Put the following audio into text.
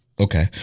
Okay